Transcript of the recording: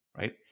right